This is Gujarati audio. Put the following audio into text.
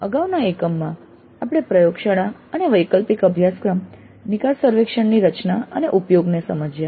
અગાઉના એકમમાં આપણે પ્રયોગશાળા અને વૈકલ્પિક અભ્યાસક્રમ નિકાસ સર્વેક્ષણની રચના અને ઉપયોગને સમજ્યા